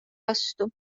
vastu